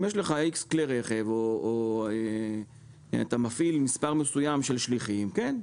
אם יש לך איקס כלי רכב או אתה מפעיל מספר מסוים של שליחים כן.